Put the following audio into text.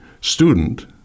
student